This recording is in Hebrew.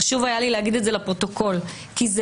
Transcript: חשוב היה לי לומר זאת לפרוטוקול כי זה